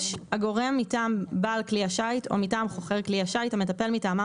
מטעם בעל כלי השיט או מטעם חוכר כלי השיט המטפל מטעמם